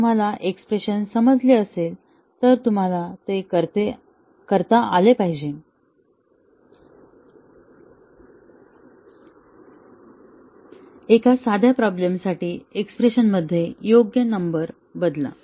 जर तुम्हाला एक्स्प्रेशन समजले असेल तर तुम्हाला ते करता आले पाहिजे एक साध्या प्रॉब्लेमसाठी एक्स्प्रेशनमध्ये योग्य नंबर बदला